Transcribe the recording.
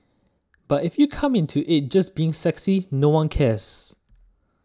but if you come into it just being sexy no one cares